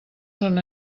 són